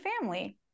family